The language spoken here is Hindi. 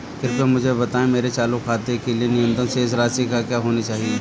कृपया मुझे बताएं मेरे चालू खाते के लिए न्यूनतम शेष राशि क्या होनी चाहिए?